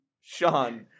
Sean